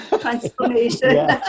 transformation